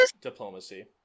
Diplomacy